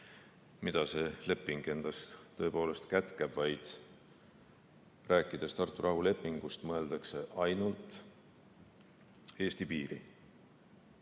mida see leping endas kätkeb, vaid rääkides Tartu rahulepingust, mõeldakse ainult Eesti piirile,